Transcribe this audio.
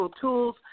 tools